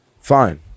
fine